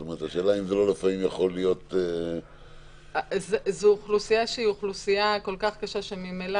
לפעמים זה מה שנקרא "שיווק לא